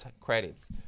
Credits